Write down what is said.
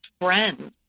friends